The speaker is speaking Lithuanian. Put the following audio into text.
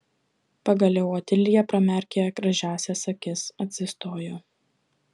pagaliau otilija pramerkė gražiąsias akis atsistojo